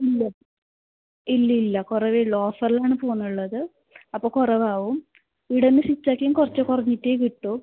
ഇല്ല ഇല്ലില്ല കുറവേ ഉള്ളൂ ഓഫറിലാണ് പോവുന്നുള്ളത് അപ്പോൾ കുറവാവും ഇവിടുന്ന് ഷിഫ്റ്റ് ആക്കിൻ കുറച്ച് കുറഞ്ഞിട്ടേ കിട്ടൂ